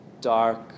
dark